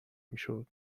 میشد